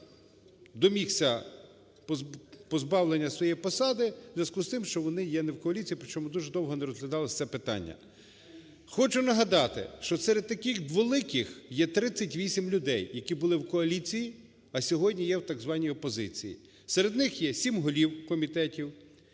домігся позбавлення своєї посади в зв'язку з тим, що вони є не в коаліції, при чому дуже довго не розглядалося це питання. Хочу нагадати, що серед таких дволиких є 38 людей, які були в коаліції, а сьогодні є в так званій опозиції. Серед них є 7 голів комітетів,